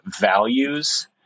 values